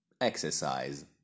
Exercise